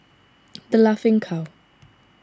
the Laughing Cow